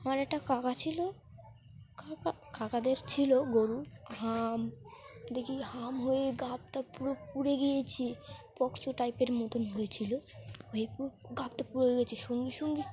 আমার একটা কাকা ছিল কাকা কাকাদের ছিল গরু হাম দেখি হাম হয়ে গা হাত পা পুরো পুড়ে গিয়েছে পক্স টাইপের মতন হয়েছিল হয়ে পুরো গা হাত পা পুড়ে গিয়েছে সঙ্গে সঙ্গে